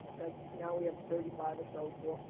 that now we have thirty five or so, for,